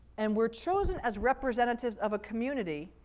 and we're chosen as representatives of a community,